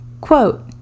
Quote